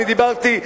דיברתי,